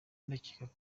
ndakeka